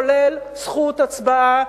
כולל זכות הצבעה,